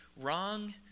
wrong